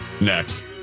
Next